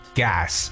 gas